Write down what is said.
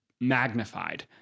magnified